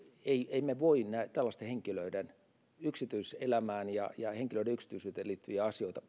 emme voi tällaisten henkilöiden yksityiselämään ja ja henkilöiden yksityisyyteen liittyviä asioita